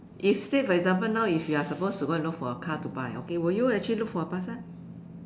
if say for example now if you are suppose to go and look for a car to buy okay would you actually look for a Passat